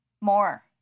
More